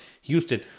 houston